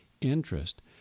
interest